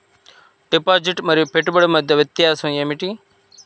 Deposit మరియు పెట్టుబడి మధ్య వ్యత్యాసం ఏమిటీ?